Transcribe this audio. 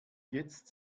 jetzt